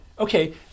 Okay